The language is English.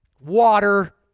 water